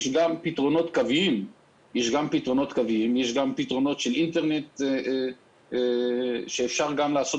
יש גם פתרונות קוויים וגם פתרונות של אינטרנט שאפשר לעשות